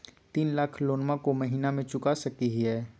तीन लाख लोनमा को महीना मे चुका सकी हय?